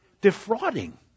Defrauding